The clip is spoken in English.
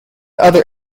other